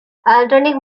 atlantic